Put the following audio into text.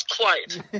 quiet